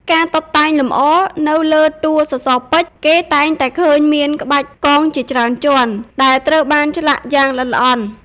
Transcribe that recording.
ការតុបតែងលម្អ នៅលើតួសសរពេជ្រ គេតែងតែឃើញមាន ក្បាច់កងជាច្រើនជាន់ ដែលត្រូវបានឆ្លាក់យ៉ាងល្អិតល្អន់។